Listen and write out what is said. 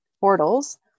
Portals